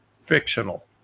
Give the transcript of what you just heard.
fictional